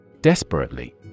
Desperately